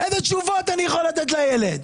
איזה תשובות אני יכול לתת לילד?